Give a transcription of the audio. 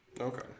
okay